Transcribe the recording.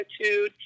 attitude